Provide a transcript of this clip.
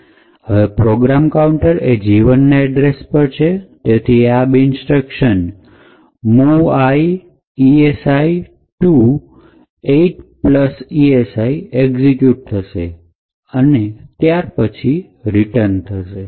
હવે program counter એ G ૧ના એડ્રેસ પર છે તેથી આ બે ઇન્સ્ટ્રક્શન movl esi to ૮esi એક્ઝિક્યુટ થશે અને ત્યાંથી પછી રિટર્ન થશે